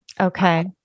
okay